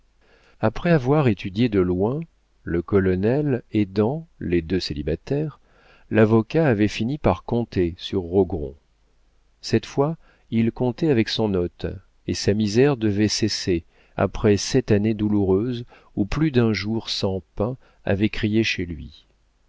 après avoir étudié de loin le colonel aidant les deux célibataires l'avocat avait fini par compter sur rogron cette fois il comptait avec son hôte et sa misère devait cesser après sept années douloureuses où plus d'un jour sans pain avait crié chez lui